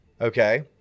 Okay